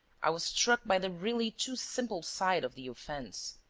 i was struck by the really too simple side of the offence.